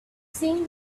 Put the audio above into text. seen